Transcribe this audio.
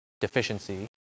deficiency